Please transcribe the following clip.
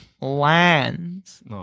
lands